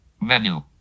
Menu